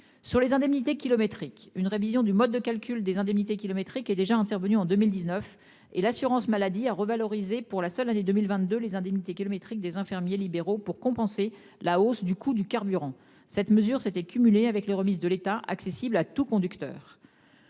sur les indemnités kilométriques une révision du mode de calcul des indemnités kilométriques est déjà intervenu en 2019 et l'assurance maladie à revaloriser pour la seule année 2022, les indemnités kilométriques des infirmiers libéraux pour compenser la hausse du coût du carburant. Cette mesure c'était cumulées avec les remises de l'État accessible à tout conducteur.